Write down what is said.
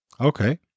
Okay